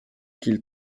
qu’il